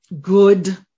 good